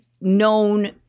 known